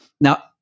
Now